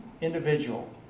individual